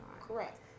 Correct